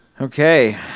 Okay